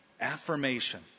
affirmation